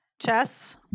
Chess